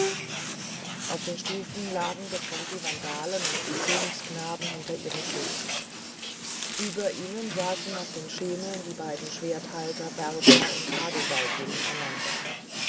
auf den stufen lagen getrennt die vandalen und die königsknaben hinter ihren schilden über ihnen saßen auf den schemeln die beiden schwerthalter berthar und hadubald gegeneinander